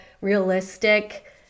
realistic